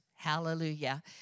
Hallelujah